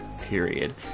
Period